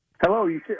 hello